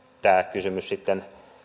tämä kysymys sitten